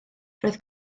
roedd